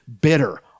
bitter